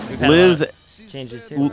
Liz